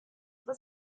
was